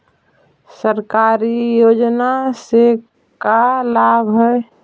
सरकारी योजना से का लाभ है?